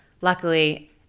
luckily